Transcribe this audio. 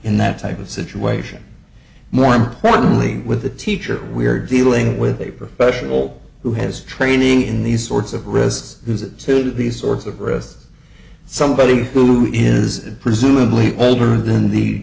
in that type of situation more importantly with the teacher we are dealing with a professional who has training in these sorts of risks uses to do these sorts of arrests somebody who is presumably older than the